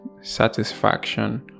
satisfaction